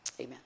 Amen